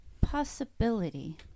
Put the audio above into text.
possibility